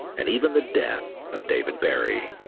and even the death of david barrie.